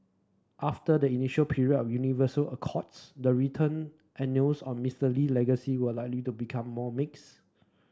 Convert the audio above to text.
after the initial period of universal accolades the written annals on Mister Lee legacy will likely to become more mixed